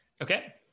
Okay